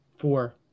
Four